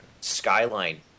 Skyline